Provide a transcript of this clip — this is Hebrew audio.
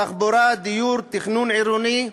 תחבורה, דיור, תכנון עירוני,